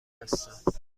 هستم